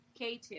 K2